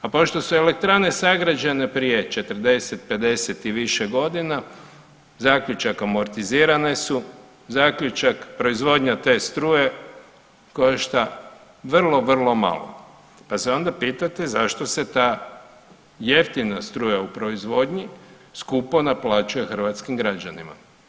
A pošto su elektrane sagrađene prije 40, 50 i više godina zaključak amortizirane su, zaključak proizvodnja te struje košta vrlo, vrlo malo pa se onda pitate zašto se ta jeftina struja u proizvodnji skupo naplaćuje hrvatskim građanima.